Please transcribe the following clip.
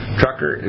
trucker